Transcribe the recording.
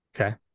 Okay